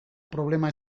problema